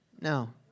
No